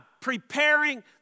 preparing